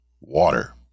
water